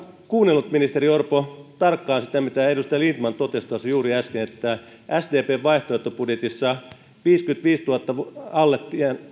kuunnellut ministeri orpo tarkkaan sitä mitä edustaja lindtman totesi tuossa juuri äsken että sdpn vaihtoehtobudjetissa viisikymmentäviisituhatta ja sen alle